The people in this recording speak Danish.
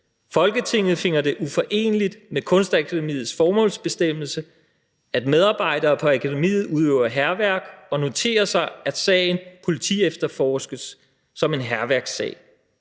Kongelige Danske Kunstakademis Billedkunstskolers formålsbestemmelse, at medarbejdere på akademiet udøver hærværk, og noterer sig, at sagen politiefterforskes som en hærværkssag.